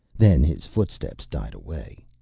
then his footsteps died away.